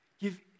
give